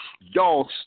y'all